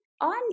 on